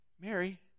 Mary